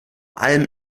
allem